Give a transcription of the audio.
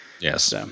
yes